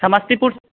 Samastipur